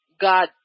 god